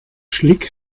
schlick